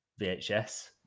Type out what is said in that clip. VHS